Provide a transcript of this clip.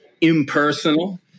impersonal